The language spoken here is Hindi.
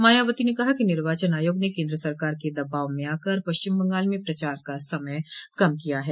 मायावती ने कहा कि निर्वाचन आयोग ने केन्द्र सरकार के दबाव में आकर पश्चिम बंगाल में प्रचार का समय कम किया है